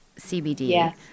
CBD